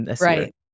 Right